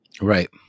Right